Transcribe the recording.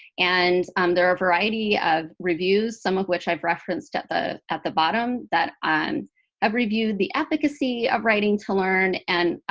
and um there are a variety of reviews, some of which i've referenced at the at the bottom, that um i've reviewed the efficacy of writing-to-learn and